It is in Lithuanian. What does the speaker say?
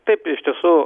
taip iš tiesų